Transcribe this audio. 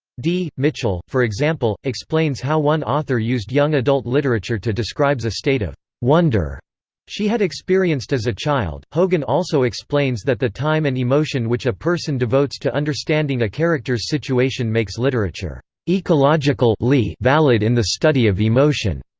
d. mitchell, for example, explains how one author used young adult literature to describes a state of wonder she had experienced as a child hogan also explains that the time and emotion which a person devotes to understanding a character's situation makes literature ecological ly valid in the study of emotion.